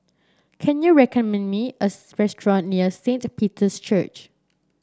can you recommend me a restaurant near Saint Peter's Church